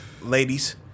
ladies